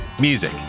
Music